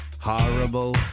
horrible